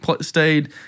stayed